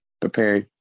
prepare